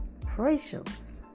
precious